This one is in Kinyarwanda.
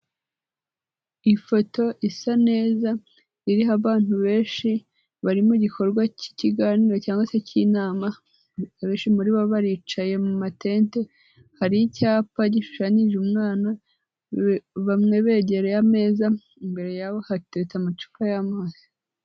Ifoto isa neza, iriho abantu benshi bari mu igikorwa cy'ikiganiro cyangwa se cy'inama, abenshi muri bo baricaye mu matente, hari icyapa gishushanyijeho umwana, bamwe begereye ameza imbereye hatetse amacupa y'amazi.